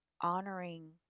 honoring